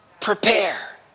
Prepare